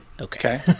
Okay